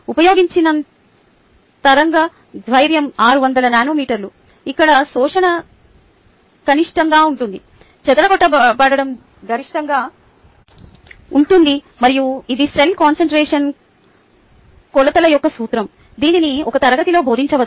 ఉపయోగించిన తరంగదైర్ఘ్యం 600 నానోమీటర్లు ఇక్కడ శోషణ కనిష్టంగా ఉంటుంది చెదరగొట్టడం గరిష్టంగా ఉంటుంది మరియు ఇది సెల్ కాన్సంట్రేషన్ కొలత యొక్క సూత్రం దీనిని ఒక తరగతిలో బోధించవచ్చు